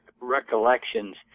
recollections